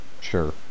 sure